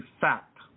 fact